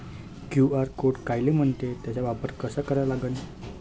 QR code कायले म्हनते, त्याचा वापर कसा करा लागन?